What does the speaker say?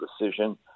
decision